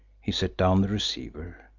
he set down the receiver.